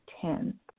ten